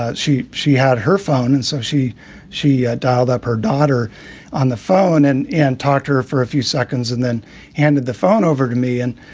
ah she she had her phone. and so she she ah dialed up her daughter on the phone and and talk to her for a few seconds and then handed the phone over to me. and.